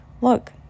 Look